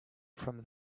from